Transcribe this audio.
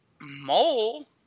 mole –